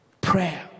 Prayer